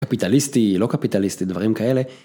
קפיטליסטי, לא קפיטליסטי, דברים כאלה.